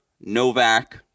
Novak